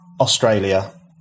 Australia